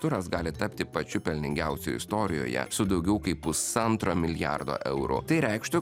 turas gali tapti pačiu pelningiausiu istorijoje su daugiau kaip pusantro milijardo eurų tai reikštų